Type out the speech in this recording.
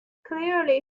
clearly